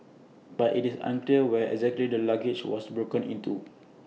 but it's unclear where exactly the luggage was broken into